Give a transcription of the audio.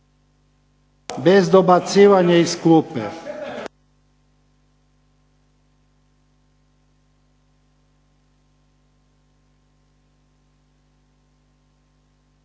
Bez dobacivanja iz klupe.